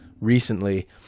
recently